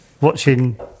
Watching